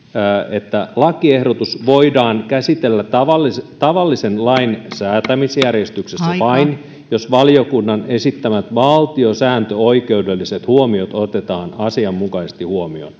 että lakiehdotus voidaan käsitellä tavallisen tavallisen lain säätämisjärjestyksessä vain jos valiokunnan esittämät valtiosääntöoikeudelliset huomiot otetaan asianmukaisesti huomioon